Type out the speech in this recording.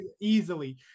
easily